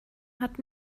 hat